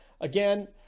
again